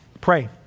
Pray